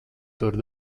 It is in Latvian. tur